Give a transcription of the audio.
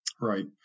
Right